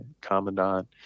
commandant